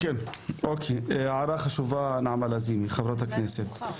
אוקיי, הערה חשובה, נעמה לזימי, חברת הכנסת.